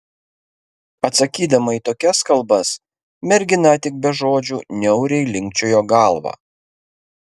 atsakydama į tokias kalbas mergina tik be žodžių niauriai linkčiojo galvą